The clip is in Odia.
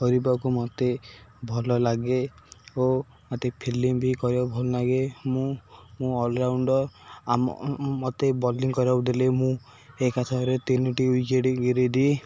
କରିବାକୁ ମୋତେ ଭଲ ଲାଗେ ଓ ମତେ ଫିଲ୍ଡିଂ ବି କରିବାକୁ ଭଲ ଲାଗେ ମୁଁ ମୁଁ ଅଲରାଉଣ୍ଡର୍ ଆମ ମୋତେ ବୋଲିଂ କରିବାକୁ ଦେଲେ ମୁଁ ଏକାସାଙ୍ଗରେ ତିନିଟି ୱିକେଟ୍ ଗିରେଇଦିଏ